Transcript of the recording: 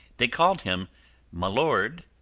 they called him my lord,